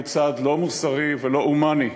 הוא לא מוסרי ולא הומני.